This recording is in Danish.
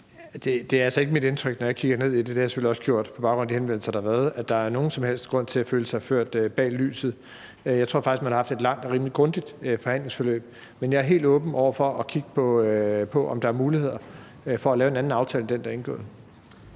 Det er altså ikke mit indtryk, når jeg kigger ned i det – det har jeg selvfølgelig også gjort på baggrund af de henvendelser, der har været – at der er nogen som helst grund til at føle sig ført bag lyset. Jeg tror faktisk, at man har haft et langt og rimelig grundigt forhandlingsforløb. Men jeg er helt åben over for at kigge på, om der er muligheder for at lave en anden aftale end den, der er indgået.